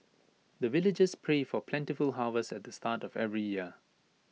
the villagers pray for plentiful harvest at the start of every year